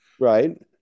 Right